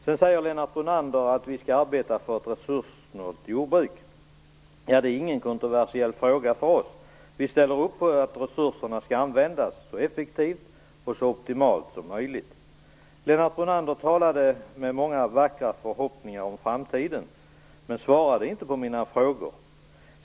Sedan sade Lennart Brunander att vi skall arbeta för ett resurssnålt jordbruk. Det är ingen kontroversiell fråga för oss. Vi ställer upp på att resurserna skall användas så effektivt och så optimalt som möjligt. Lennart Brunander hade många vackra förhoppningar inför framtiden, men han svarade inte på mina frågor.